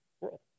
world